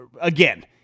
Again